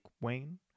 Wayne